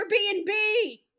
Airbnb